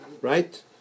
right